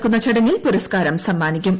ഹോമിൽ നടക്കുന്ന ചടങ്ങിൽ പുരസ്കാരം സമ്മാനിക്കും